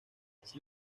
sin